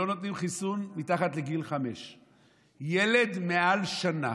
שלא נותנים חיסון מתחת לגיל 5. ילד מעל שנה